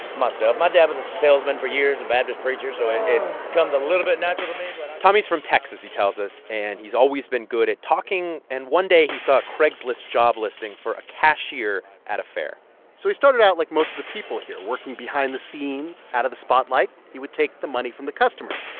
myself. my dad was a salesman for years, a baptist preacher. so it comes a little bit natural to me but tommy's from texas, he tells us. and he's always been good at talking. and one day, he saw a craigslist job listing for a cashier at a fair so he started out like most of the people here, working behind the scenes out of the spotlight. he would take the money from the customers.